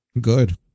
Good